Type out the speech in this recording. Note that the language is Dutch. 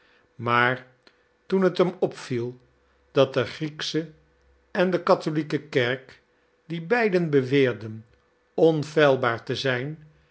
maar toen het hem opviel dat de grieksche en de katholieke kerk die beiden beweerden onfeilbaar te zijn